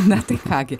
na tai ką gi